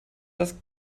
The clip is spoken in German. das